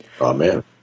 Amen